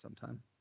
sometime